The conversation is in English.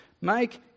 make